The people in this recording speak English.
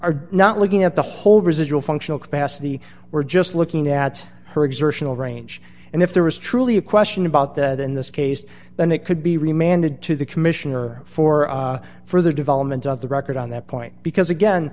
are not looking at the whole residual functional capacity we're just looking at her exertional range and if there is truly a question about that in this case then it could be remanded to the commissioner for further development of the record on that point because again